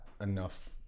enough